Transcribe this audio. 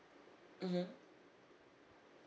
mmhmm